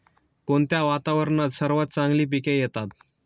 कोणत्या वातावरणात सर्वात चांगली पिके येतात?